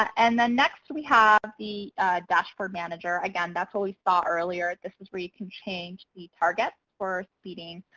and then next we have the dashboard manager. again, that's what we saw earlier. this is where you can change the target for speeding,